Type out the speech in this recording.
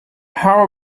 how